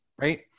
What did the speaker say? Right